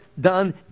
done